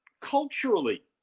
culturally